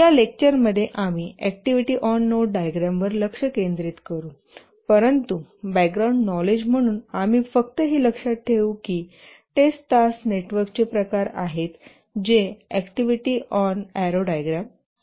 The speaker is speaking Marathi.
या लेक्चरमध्ये आम्ही अॅक्टिव्हिटी ऑन नोड डायग्राम वर लक्ष केंद्रित करू परंतु बॅकग्राऊंड नॉलेज म्हणून आम्ही फक्त हे लक्षात ठेवू की टेस्ट टास्क नेटवर्कचे प्रकार आहेत जे अॅक्टिव्हिटी ऑन एरो डायग्राम आहेत